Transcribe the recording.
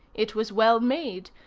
it was well made.